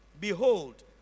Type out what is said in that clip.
Behold